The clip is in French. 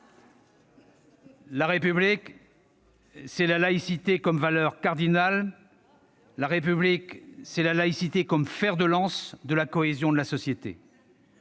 La République, c'est la laïcité comme valeur cardinale. La République, c'est la laïcité comme fer de lance de la cohésion de la société.